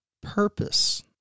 purpose